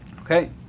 Okay